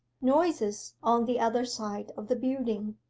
noises on the other side of the building.